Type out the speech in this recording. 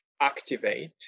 activate